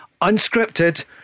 unscripted